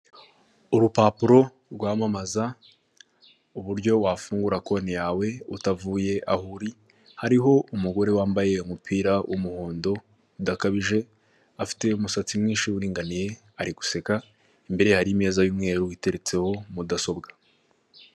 Urupapuro rwamamaza uburyo wafungura konti yawe utavuye aho uri, hariho umugore wambaye umupira w'umuhondo udakabije, afite umusatsi mwinshi uringaniye, ari guseka imbere ye hari imeza y'umweru iteretseho mudasobwa.